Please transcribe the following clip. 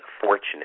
fortunate